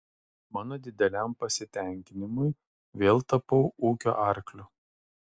mano dideliam pasitenkinimui vėl tapau ūkio arkliu